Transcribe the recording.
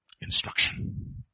Instruction